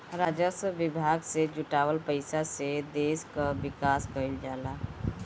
राजस्व विभाग से जुटावल पईसा से देस कअ विकास कईल जाला